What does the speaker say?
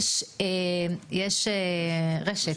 יש רשת.